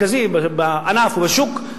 מרכזי בענף או בשוק,